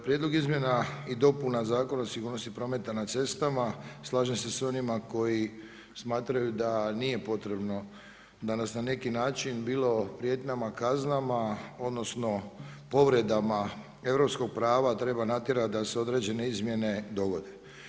Prijedlog izmjena i dopuna Zakona o sigurnosti prometa na cestama slažem se s onima koji smatraju da nije potrebno, da nas na neki način, bilo prijetnjama, kaznama, odnosno, povredama europskog prava, treba natjerati, da se određene izmjene dogode.